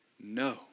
no